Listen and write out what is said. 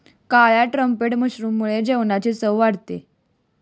काळ्या ट्रम्पेट मशरूममुळे जेवणाची चव वाढते